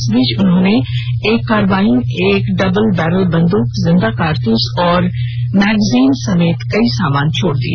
इसी बीच उन्होंने एक कार्बाइन एक डबल बैरल बेद्रक जिंदा कारतूस और मैगजीन समेत कई सामान छोड़ दी